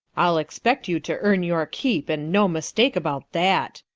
i'll expect you to earn your keep, and no mistake about that.